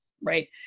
right